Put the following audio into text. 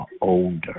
older